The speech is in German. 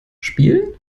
spielen